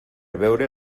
veure